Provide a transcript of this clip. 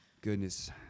Goodness